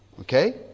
Okay